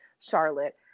Charlotte